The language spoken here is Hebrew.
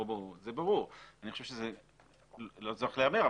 אני חושב שזה לא צריך להיאמר,